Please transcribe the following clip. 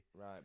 right